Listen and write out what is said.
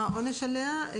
מה העונש עליה?